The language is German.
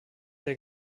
der